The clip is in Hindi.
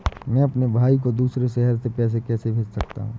मैं अपने भाई को दूसरे शहर से पैसे कैसे भेज सकता हूँ?